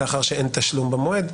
לאחר שאין תשלום במועד.